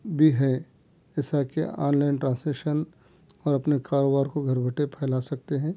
بھی ہے جیسا کہ آن لائن ٹرانسلیشن اور اپنے کاروبار کو گھر بیٹھے پھیلا سکتے ہیں